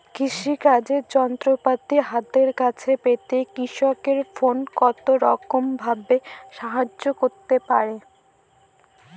কৃষিকাজের যন্ত্রপাতি হাতের কাছে পেতে কৃষকের ফোন কত রকম ভাবে সাহায্য করতে পারে?